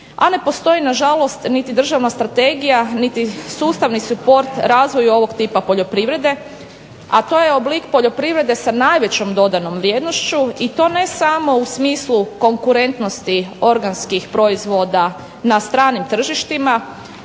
a ne postoji nažalost niti državna strategija niti sustavni support razvoju ovog tipa poljoprivrede. A to je oblik poljoprivrede sa najvećom dodanom vrijednošću i to ne samo u smislu konkurentnosti organskih proizvoda na stranim tržištima